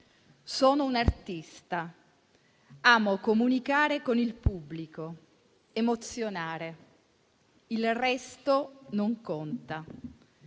Sono un artista. Amo comunicare con il pubblico, emozionare. Il resto non conta».